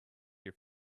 your